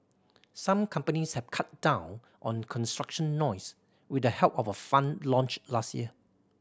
some companies have cut down on construction noise with the help of a fund launched last year